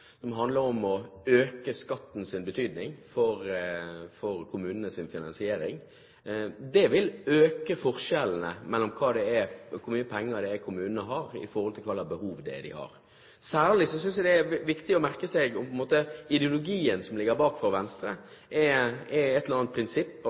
som handler om skatt, som handler om å øke skattens betydning for kommunenes finansiering. Det vil øke forskjellene mellom hvor mye penger kommunene har i forhold til hvilke behov de har. Særlig synes jeg det er viktig å merke seg at – på en måte – ideologien som ligger bak